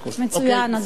מצוין, אדוני, אוקיי?